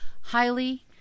highly